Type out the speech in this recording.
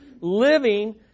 living